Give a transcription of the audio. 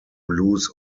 lose